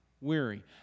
weary